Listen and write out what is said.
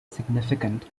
significant